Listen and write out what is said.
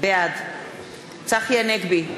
בעד צחי הנגבי,